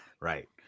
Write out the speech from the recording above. Right